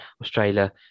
Australia